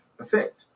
effect